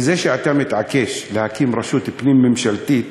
וזה שאתה מתעקש להקים רשות פנים-ממשלתית